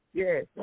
yes